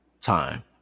Time